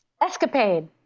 Escapade